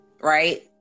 right